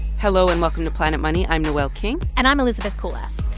hello, and welcome to planet money. i'm noel king and i'm elizabeth kulas.